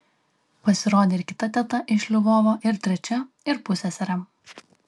pasirodė ir kita teta iš lvovo ir trečia ir pusseserė